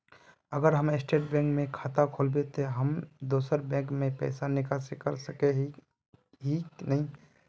अगर हम state bank में खाता खोलबे तो हम दोसर बैंक से पैसा निकासी कर सके ही की नहीं?